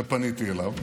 שפניתי אליו,